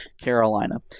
Carolina